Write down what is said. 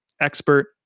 expert